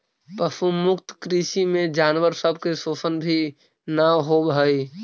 पशु मुक्त कृषि में जानवर सब के शोषण भी न होब हई